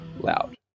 loud